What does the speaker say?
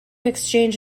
exchange